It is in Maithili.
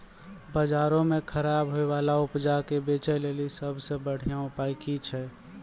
बजारो मे खराब होय बाला उपजा के बेचै लेली सभ से बढिया उपाय कि छै?